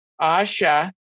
Asha